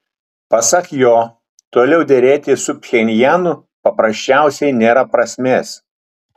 pasak jo toliau derėtis su pchenjanu paprasčiausiai nėra prasmės